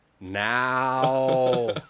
now